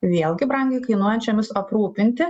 vėlgi brangiai kainuojančiomis aprūpinti